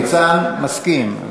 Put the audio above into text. ניצן, מסכים?